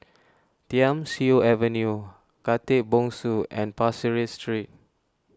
Thiam Siew Avenue Khatib Bongsu and Pasir Ris Street